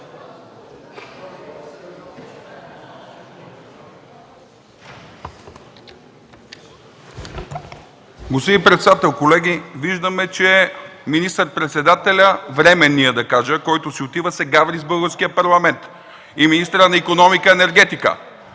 Господин председател, колеги! Виждаме, че министър-председателят – временният, да кажа, който си отива, се гаври с българския Парламент, и министърът на икономиката и енергетиката.